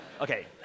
Okay